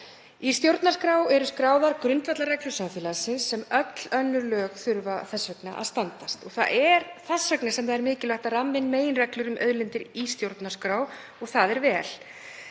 Í stjórnarskrá eru skráðar grundvallarreglur samfélagsins sem öll önnur lög þurfa að standast. Það er þess vegna sem það er mikilvægt að ramma inn meginreglur um auðlindir í stjórnarskrá og það er vel.